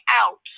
out